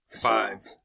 Five